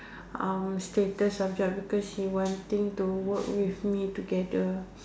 uh status of job because she wanting to work with me together